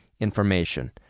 information